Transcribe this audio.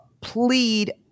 plead